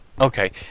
Okay